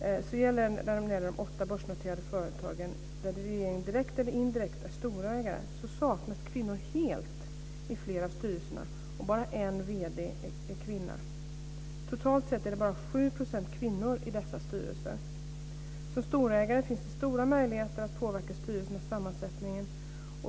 När det gäller de åtta börsnoterade företag där regeringen direkt eller indirekt är storägare så saknas kvinnor helt i flera av styrelserna, och bara en vd är kvinna. Totalt sett är det bara 7 % kvinnor i dessa styrelser. Som storägare finns stora möjligheter att påverka styrelsernas sammansättning.